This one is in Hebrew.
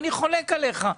אני חולק עליך.